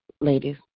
ladies